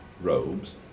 robes